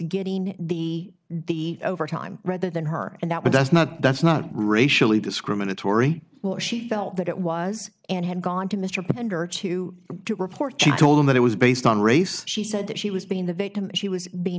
getting the the overtime rather than her and that but that's not that's not racially discriminatory or she felt that it was and had gone to mr pender to report she told him that it was based on race she said that she was being the victim she was being